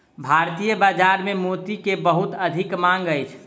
भारतीय बाजार में मोती के बहुत अधिक मांग अछि